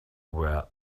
were